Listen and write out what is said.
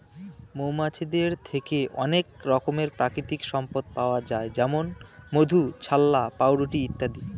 মৌমাছিদের থেকে অনেক রকমের প্রাকৃতিক সম্পদ পাওয়া যায় যেমন মধু, ছাল্লা, পাউরুটি ইত্যাদি